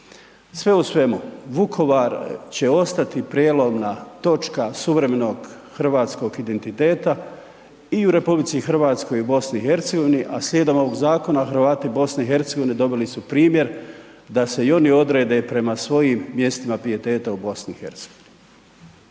Sve u svemu, Vukovar će ostati prijelomna točka suvremenom hrvatskog identiteta i u RH i u BiH, a slijedom ovog zakona, Hrvati BiH dobili su primjer da se i oni odrede prema svojim mjestima pijeteta u BiH.